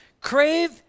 crave